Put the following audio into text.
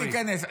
אל תיכנס.